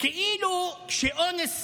כאילו שאונס